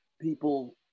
people